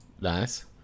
Nice